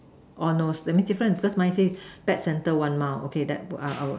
oh no that means different because mine said pet centre one mile okay that I I will